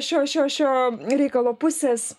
šio šio šio reikalo pusės